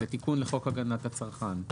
כי זה תיקון לחוק הגנת הצרכן.